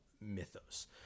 mythos